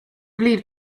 believe